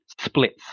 splits